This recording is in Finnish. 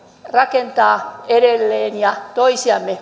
rakentaa edelleen toisiamme